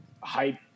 hype